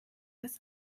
das